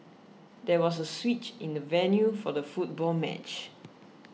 there was a switch in the venue for the football match